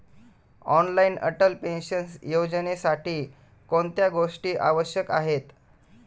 Online Atal pension योजनेसाठी कोणत्या गोष्टी आवश्यक आहेत?